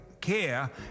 care